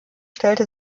stellte